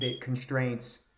constraints